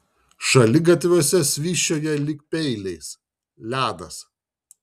šaligatviuose švysčioja lyg peiliais ledas